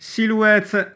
Silhouette